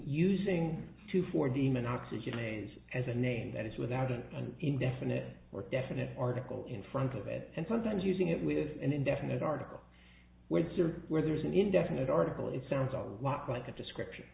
using two for demon oxygenation as a name that is without an indefinite or definite article in front of it and sometimes using it with an indefinite article where it's or where there's an indefinite article it sounds a lot like a description